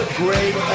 great